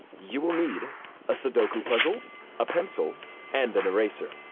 you will need sudoku puzzle ah pencil and and eraser.